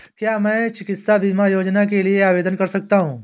क्या मैं चिकित्सा बीमा योजना के लिए आवेदन कर सकता हूँ?